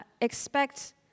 expect